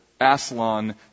Aslan